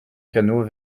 canot